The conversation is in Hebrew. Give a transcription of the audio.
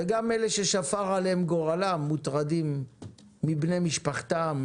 וגם אלה ששפר עליהם גורלם מוטרדים מבני משפחתם,